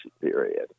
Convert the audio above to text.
period